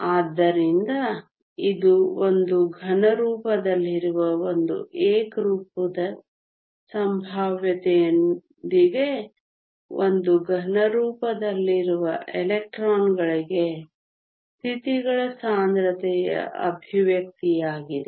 ಆದ್ದರಿಂದ ಇದು ಒಂದು ಘನರೂಪದಲ್ಲಿರುವ ಒಂದು ಏಕರೂಪದ ಸಂಭಾವ್ಯತೆಯೊಂದಿಗೆ ಒಂದು ಘನರೂಪದಲ್ಲಿರುವ ಎಲೆಕ್ಟ್ರಾನ್ಗಳಿಗೆ ಸ್ಥಿತಿಗಳ ಸಾಂದ್ರತೆಯ ಎಕ್ಸ್ಪ್ರೆಶನ್ ಯಾಗಿದೆ